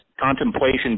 Contemplation